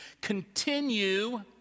continue